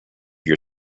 your